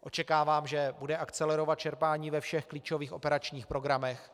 Očekávám, že bude akcelerovat čerpání ve všech klíčových operačních programech.